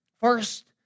first